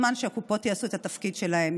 הגיע הזמן שהקופות יעשו את התפקיד שלהן.